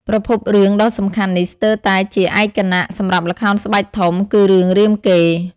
ប្រភពរឿងដ៏សំខាន់នេះស្ទើរតែជាឯកគណៈសម្រាប់ល្ខោនស្បែកធំ គឺ រឿងរាមកេរ្តិ៍ ។